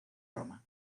roma